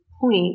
point